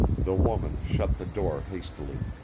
the woman shut the door hastily,